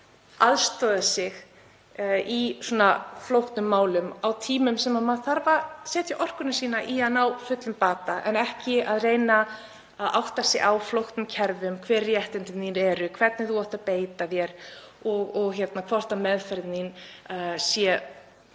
aðstoðað í svona flóknum málum á tímum sem maður þarf að setja orku sína í að ná fullum bata en ekki að reyna að átta sig á flóknum kerfum, hver réttindi manns séu, hvernig maður eigi að beita sér, hvort meðferðin sé